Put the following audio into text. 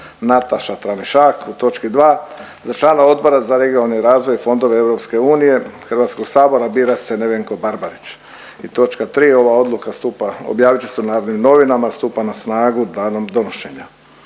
Nataša Tramišak. U točki dva za člana Odbora za regionalni razvoj i fondove EU Hrvatskog sabora bira se Nevenko Barbarić. I točka tri, ova odluka objavit će se u Narodnim novinama, stupa na snagu danom donošenja.